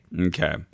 Okay